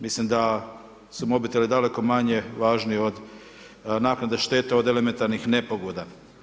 Mislim da su mobiteli daleko manje važni od naknade štete od elementarnih nepogoda.